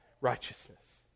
righteousness